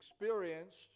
experienced